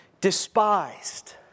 despised